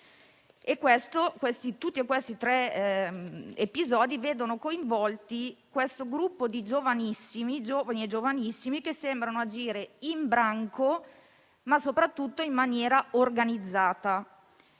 Questi tre episodi vedono coinvolti questo gruppo di giovani e giovanissimi che sembrano agire in branco, ma soprattutto in maniera organizzata.